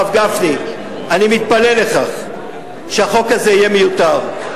הרב גפני: אני מתפלל לכך שהחוק הזה יהיה מיותר.